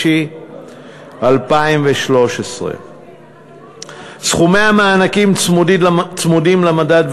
במאי 2013. סכומי המענקים צמודים למדד,